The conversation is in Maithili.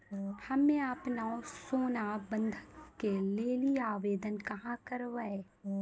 हम्मे आपनौ सोना बंधन के लेली आवेदन कहाँ करवै?